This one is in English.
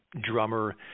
drummer